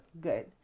Good